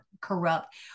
corrupt